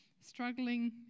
struggling